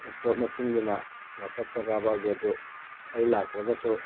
ꯄꯣꯠ ꯃꯁꯤꯡꯗꯨꯅ ꯋꯥꯠꯆꯞꯇ ꯀꯥꯄꯛꯑꯒꯦ ꯑꯗꯣ ꯑꯩ ꯂꯥꯛꯇ꯭ꯔꯒꯁꯨ